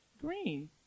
Green